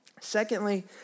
Secondly